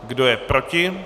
Kdo je proti?